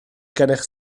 gennych